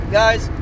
guys